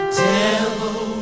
devil